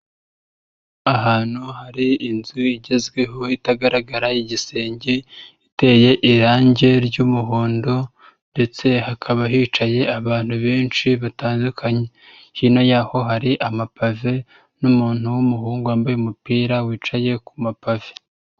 Ahantu hari inzu igezweho itagaragara igisenge, iteye irangi ry'umuhondo ndetse hakaba hicaye abantu benshi batandukanye, hino yaho hari amapave n'umuntu w'umuhungu wambaye umupira wicaye ku mapave.